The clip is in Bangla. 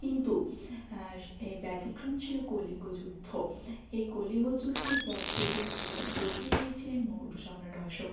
কিন্তু এর ব্যতিক্রম ছিলো কলিঙ্গ যুদ্ধ এই কলিঙ্গ যুদ্ধের পর থেকেই বদলে গিয়েছিলেন মৌর্য সম্রাট অশোক